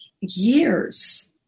years